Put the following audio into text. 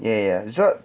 ya ya ya result